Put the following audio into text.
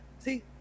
See